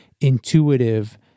intuitive